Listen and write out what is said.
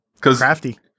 Crafty